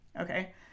Okay